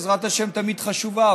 עזרת השם תמיד חשובה,